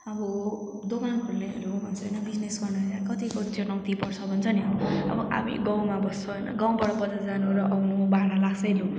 अब दोकान खोल्नेहरू भन्छ होइन बिजनेस गर्न कतिको चुनौती पर्छ भन्छ नि अब हामी गाउँमा बस्छ होइन गाउँबाट बजार जानु र आउनु भाडा लाग्छै नै हो